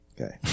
Okay